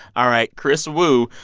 all right, kris wu,